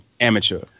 amateur